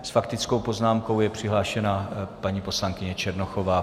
S faktickou poznámkou je přihlášena paní poslankyně Černochová.